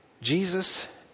Jesus